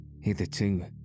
Hitherto